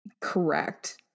Correct